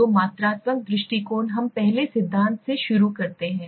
तो मात्रात्मक दृष्टिकोण हम पहले सिद्धांत से शुरू करते हैं